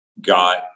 got